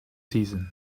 season